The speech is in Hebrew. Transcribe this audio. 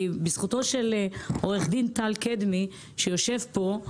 בזכותו של עורך דין טל קדמי, שיושב פה,